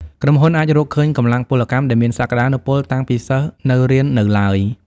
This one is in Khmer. ក្រុមហ៊ុនអាចរកឃើញកម្លាំងពលកម្មដែលមានសក្តានុពលតាំងពីសិស្សនៅរៀននៅឡើយ។